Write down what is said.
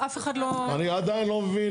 אף אחד לא --- אני עדיין לא מבין,